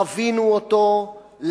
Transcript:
חווינו אותו,